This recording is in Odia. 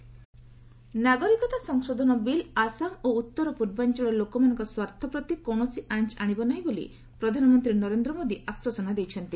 ପିଏମ୍ ନର୍ଥ ଇଷ୍ଟ ନାଗରକତା ସଂଶୋଧନ ବିଲ୍ ଆସାମ ଓ ଉଉର ପୂର୍ବାଞ୍ଚଳ ଲୋକମାନଙ୍କ ସ୍ୱାର୍ଥ ପ୍ରତି କୌଣସି ଆଞ୍ଚ ଆଣିବ ନାହିଁ ବୋଲି ପ୍ରଧାନମନ୍ତ୍ରୀ ନରେନ୍ଦ୍ର ମୋଦି ଆଶ୍ୱସନା ଦେଇଛନ୍ତି